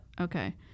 Okay